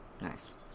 nice